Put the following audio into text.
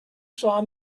saw